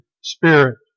spirit